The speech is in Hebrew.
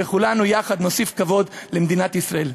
וכולנו יחד נוסיף כבוד למדינת ישראל.